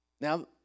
Now